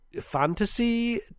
fantasy